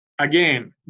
again